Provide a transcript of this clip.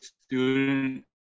student